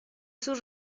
sus